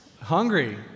Hungry